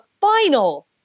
final